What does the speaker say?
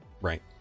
right